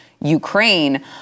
Ukraine